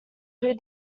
food